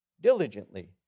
diligently